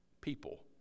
people